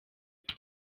uti